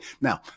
Now